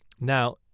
Now